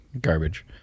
garbage